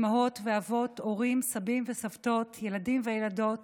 אימהות ואבות, הורים, סבים וסבתות, ילדים וילדות